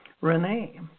Renee